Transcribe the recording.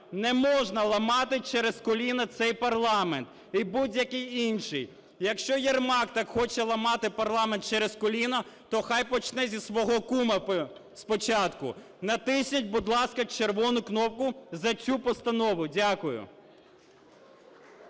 Не можна ламати через коліно цей парламент і будь-який інший. Якщо Єрмак так хоче ламати парламент через коліно, то хай почне зі свого кума спочатку. Натисніть, будь ласка, червону кнопку за цю постанову. Дякую.